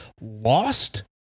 lost